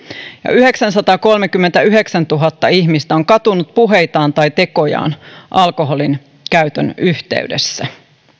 yhdeksänsataakolmekymmentäyhdeksäntuhatta ihmistä on katunut puheitaan tai tekojaan alkoholinkäytön yhteydessä